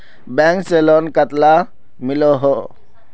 Bank से loan कतला मिलोहो?